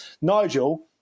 Nigel